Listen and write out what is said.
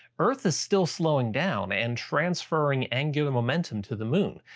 earth is still slowing down and transferring angular momentum to the moon.